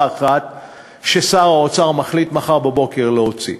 אחת כששר האוצר מחליט מחר בבוקר להוציא.